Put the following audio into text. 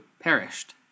perished